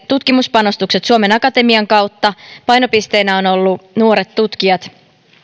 tutkimuspanostukset suomen akatemian kautta painopisteenä ovat olleet nuoret tutkijat